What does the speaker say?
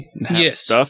Yes